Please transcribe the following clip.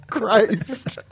Christ